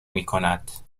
میکند